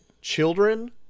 children